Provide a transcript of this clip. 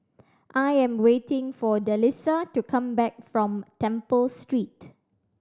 I am waiting for Delisa to come back from Temple Street